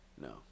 No